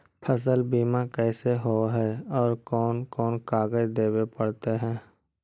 फसल बिमा कैसे होब है और कोन कोन कागज देबे पड़तै है?